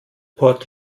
port